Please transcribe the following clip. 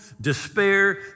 despair